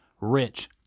rich